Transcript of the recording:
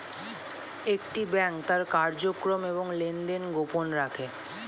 একটি ব্যাংক তার কার্যক্রম এবং লেনদেন গোপন রাখে